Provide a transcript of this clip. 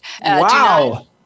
Wow